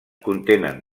contenen